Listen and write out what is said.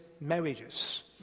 marriages